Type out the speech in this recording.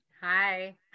Hi